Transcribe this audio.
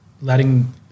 letting